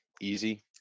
Easy